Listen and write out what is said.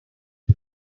how